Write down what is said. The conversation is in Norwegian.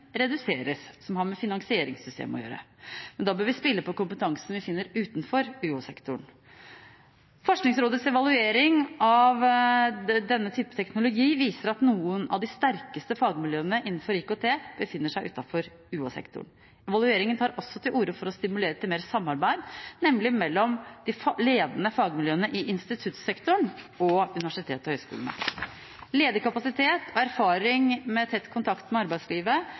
reduseres. Det har med finansieringssystemet å gjøre. Men da bør vi spille på kompetansen vi finner utenfor UH-sektoren. Forskningsrådets evaluering av denne typen teknologi viser at noen av de sterkeste fagmiljøene innenfor IKT befinner seg utenfor UH-sektoren. Evalueringen tar også til orde for å stimulere til mer samarbeid mellom de ledende fagmiljøene i instituttsektoren og universitetene og høyskolene. Ledig kapasitet, erfaring med tett kontakt med arbeidslivet